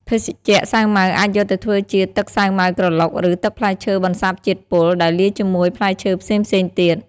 ភេសជ្ជៈ សាវម៉ាវអាចយកទៅធ្វើជា ទឹកសាវម៉ាវក្រឡុក ឬ ទឹកផ្លែឈើបន្សារជាតិពុល ដែលលាយជាមួយផ្លែឈើផ្សេងៗទៀត។